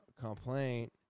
complaint